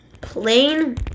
plain